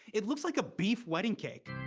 it looks like a beef wedding cake.